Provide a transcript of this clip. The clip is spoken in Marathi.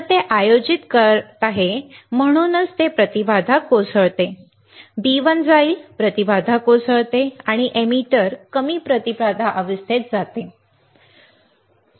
तर ते आयोजित करत आहे म्हणूनच ते प्रतिबाधा कोसळते B1 जाईल प्रतिबाधा कोसळते आणि एमिटर कमी प्रतिबाधा अवस्थेत जाते बरोबर ते आयोजित करेल